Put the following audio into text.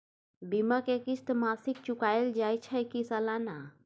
बीमा के किस्त मासिक चुकायल जाए छै की सालाना?